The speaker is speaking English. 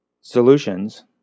solutions